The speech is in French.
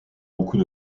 beaucoup